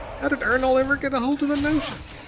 how did ernol ever get hold of the notion?